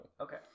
Okay